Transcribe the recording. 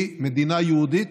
היא מדינה יהודית,